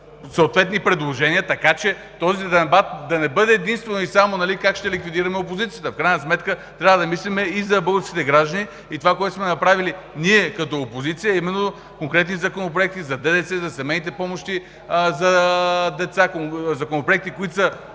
съответни предложения, така че този дебат да не бъде единствено и само – как ще ликвидираме опозицията. В крайна сметка трябва да мислим и за българските граждани. Това, което сме направили ние, като опозиция, са именно конкретни законопроекти – за ДДС, за семейните помощи за деца, законопроекти, които са